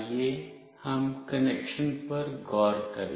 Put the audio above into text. आइए हम कनेक्शन पर गौर करें